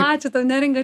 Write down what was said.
ačiū tau neringa